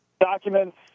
documents